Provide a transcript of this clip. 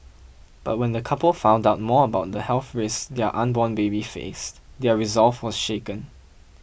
but when the couple found out more about the health raise their unborn baby faced their resolve was shaken